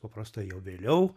paprastai jau vėliau